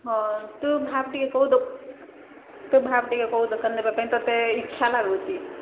ହଁ ତୁ ଭାବ ଟିକେ କୋଉ ଦୋକାନ ତୁ ଭାବ ଟିକେ କୋଉ ଦୋକାନ ଦେବା ପାଇଁ ତୋତେ ଇଚ୍ଛା ଲାଗୁଛି